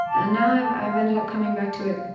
and now i've i've ended up coming back to it